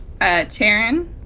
Taryn